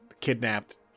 kidnapped